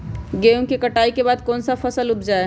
गेंहू के कटाई के बाद कौन सा फसल उप जाए?